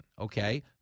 Okay